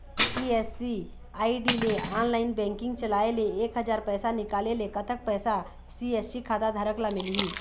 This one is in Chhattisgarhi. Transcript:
सी.एस.सी आई.डी ले ऑनलाइन बैंकिंग चलाए ले एक हजार पैसा निकाले ले कतक पैसा सी.एस.सी खाता धारक ला मिलही?